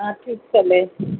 हां ठीक चाललं आहे